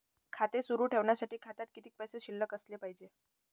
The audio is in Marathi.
खाते सुरु ठेवण्यासाठी खात्यात किती पैसे शिल्लक असले पाहिजे?